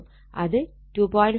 അത് 2